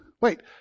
Wait